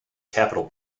capital